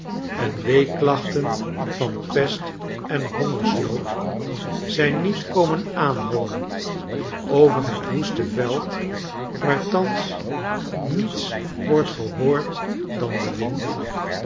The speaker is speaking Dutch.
en weeklachten van pest en hongersnood zijn niet komen aanhollen over het woeste veld waar thans niets wordt gehoord dan de wind